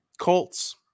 Colts